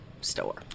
store